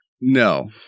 No